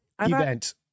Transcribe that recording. event